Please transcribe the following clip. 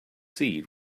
seat